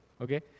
Okay